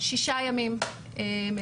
שישה ימים מלאים.